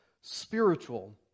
spiritual